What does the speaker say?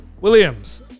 Williams